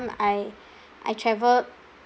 I I travelled